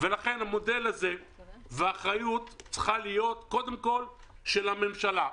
לכן המודל הזה והאחריות צריכה להיות קודם כול של הממשלה.